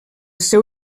seu